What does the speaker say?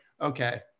okay